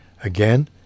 Again